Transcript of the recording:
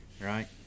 right